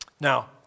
Now